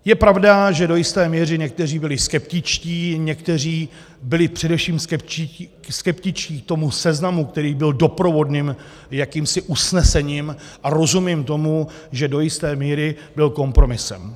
Je pravda, že do jisté míry byli někteří skeptičtí, někteří byli především skeptičtí k tomu seznamu, který byl doprovodným jakýmsi usnesením, a rozumím tomu, že do jisté míry byl kompromisem.